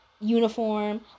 uniform